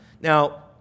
Now